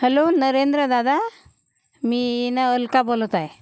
hello नरेंद्रदादा मी ना अलका बोलत आहे